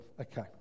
Okay